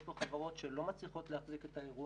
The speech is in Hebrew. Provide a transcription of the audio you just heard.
פה חברות שלא מצליחות להחזיק את האירוע,